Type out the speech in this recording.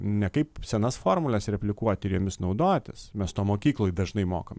ne kaip senas formules replikuoti ir jomis naudotis mes to mokykloj dažnai mokam